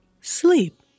sleep